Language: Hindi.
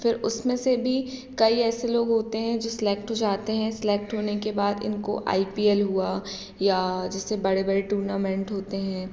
फ़िर उसमें से भी कई ऐसे लोग होते हैं जो सेलेक्ट हो जाते हैं सिलेक्ट होने के बाद इनको आई पी एल हुआ या जैसे बड़े बड़े टूर्नामेंट होते हैं